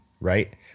Right